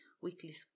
weekly